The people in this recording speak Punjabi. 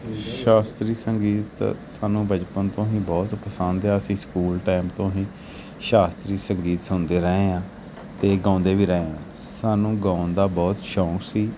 ਸ਼ਾਸਤਰੀ ਸੰਗੀਤ ਸਾਨੂੰ ਬਚਪਨ ਤੋਂ ਹੀ ਬਹੁਤ ਪਸੰਦ ਆ ਅਸੀਂ ਸਕੂਲ ਟੈਮ ਤੋਂ ਹੀ ਸ਼ਾਸਤਰੀ ਸੰਗੀਤ ਸੁਣਦੇ ਰਹੇ ਹਾਂ ਅਤੇ ਗਾਉਂਦੇ ਵੀ ਰਹੇ ਆ ਸਾਨੂੰ ਗਾਉਣ ਦਾ ਬਹੁਤ ਸ਼ੌਂਕ ਸੀ